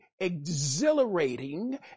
exhilarating